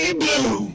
blue